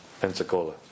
Pensacola